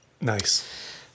Nice